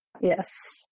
Yes